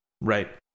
Right